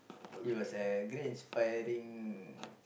he was a great inspiring